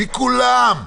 מכולם.